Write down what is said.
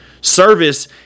Service